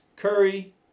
Curry